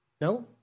No